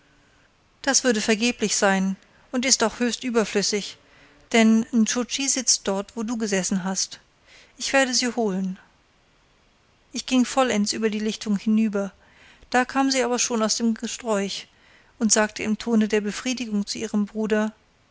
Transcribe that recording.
das würde vergeblich sein und ist auch höchst überflüssig denn nscho tschi sitzt dort wo du gesessen hast ich werde sie holen ich ging vollends über die lichtung hinüber da kam sie aber schon aus dem gesträuch und sagte im tone der befriedigung zu ihrem bruder